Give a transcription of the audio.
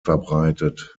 verbreitet